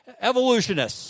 evolutionists